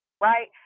Right